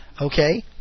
Okay